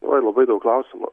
oi labai daug klausimų